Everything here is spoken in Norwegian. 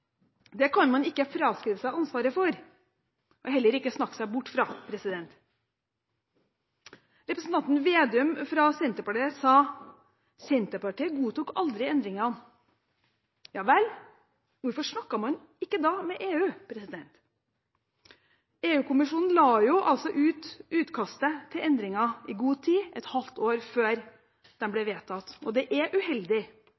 Det kan man ikke fraskrive seg ansvaret for, heller ikke snakke seg bort fra. Representanten Slagsvold Vedum fra Senterpartiet sa at Senterpartiet aldri godtok endringene. Ja vel, hvorfor snakket man ikke da med EU? EU-kommisjonen la ut utkastet til endringer i god tid, et halvt år før